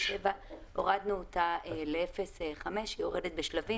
הורדנו אותה ל-0.5 והיא יורדת בשלבים.